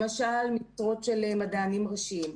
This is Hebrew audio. למשל משרות של מדענים ראשיים,